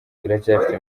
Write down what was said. turacyafite